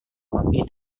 kopi